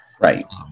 Right